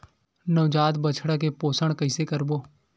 नवजात बछड़ा के पोषण कइसे करबो?